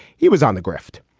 he was on the grift.